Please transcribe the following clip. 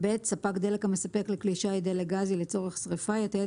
ספק דלק המספק לכלי שיט דלק גזי לצורך שריפה יתעד